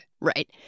Right